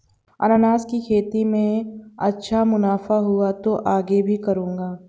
अनन्नास की खेती में अच्छा मुनाफा हुआ तो आगे भी करूंगा